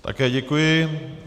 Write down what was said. Také děkuji.